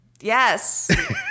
Yes